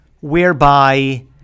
whereby